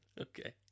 Okay